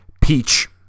Peach